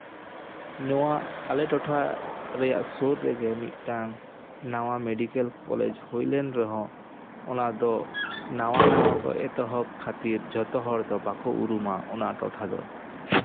ᱱᱚᱣᱟ ᱟᱞᱮ ᱴᱚᱴᱷᱟ ᱨᱮᱭᱟᱜ ᱥᱩᱨ ᱨᱮᱜᱮ ᱢᱤᱫᱴᱟᱝ ᱱᱟᱣᱟ ᱢᱮᱰᱤᱠᱮᱞ ᱠᱚᱞᱮᱡᱽ ᱦᱳᱭ ᱞᱮᱱ ᱨᱮᱦᱚᱸ ᱚᱱᱟ ᱫᱚ ᱱᱟᱣᱟ ᱱᱟᱣᱟ ᱠᱚ ᱮᱛᱚᱦᱚᱵ ᱠᱷᱟᱹᱛᱤᱨ ᱡᱚᱛᱚ ᱦᱚᱲ ᱫᱚ ᱵᱟᱠᱚ ᱩᱨᱩᱢᱟ ᱚᱱᱟ ᱴᱚᱴᱷᱟ ᱫᱚ